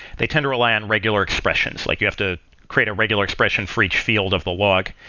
they tend to rely on regular expressions. like you have to create a regular expression for each field of the log,